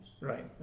Right